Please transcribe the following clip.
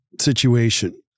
situation